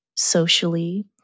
socially